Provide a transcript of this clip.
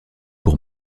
pour